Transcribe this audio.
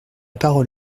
parole